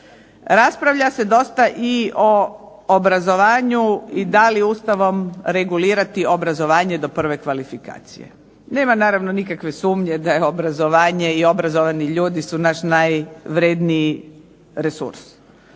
Raspravlja se dosta i o obrazovanju i da li Ustavom regulirati obrazovanje do prve kvalifikacije. Nema naravno nikakve sumnje da je obrazovanje i da su obrazovani ljudi naš najvredniji resurs.